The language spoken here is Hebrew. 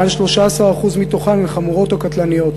מעל 13% מתוכן הן חמורות או קטלניות,